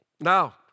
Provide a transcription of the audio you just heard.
Now